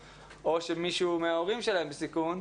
הם בעצמם או שמישהו מההורים שלהם בסיכון,